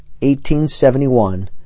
1871